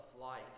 life